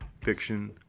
Fiction